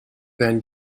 van